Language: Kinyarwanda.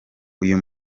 uyu